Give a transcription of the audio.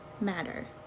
matter